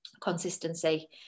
consistency